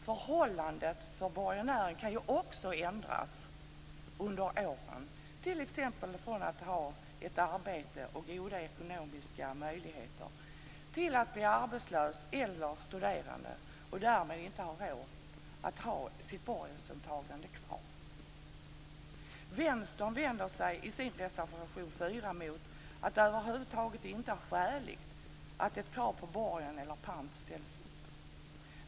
Förhållandet för borgenären kan ju också ändras under åren, t.ex. från att ha ett arbete och goda ekonomiska möjligheter till att bli arbetslös eller studerande och därmed inte ha råd att ha sitt borgensåtagande kvar. Vänstern menar i sin reservation nr 4 att det över huvud taget inte är skäligt att ett krav på borgen eller pant ställs upp.